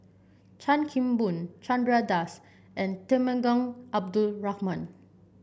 Chan Kim Boon Chandra Das and Temenggong Abdul Rahman